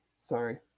Sorry